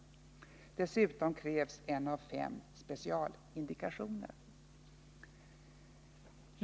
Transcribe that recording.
Dessutom krävs en av fem specialindikationer.